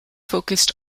focused